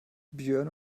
björn